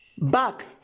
back